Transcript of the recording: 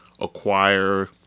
acquire